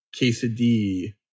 quesadilla